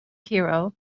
hero